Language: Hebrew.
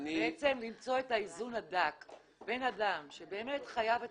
למצוא את האיזון הדק בין אדם שבאמת חייב את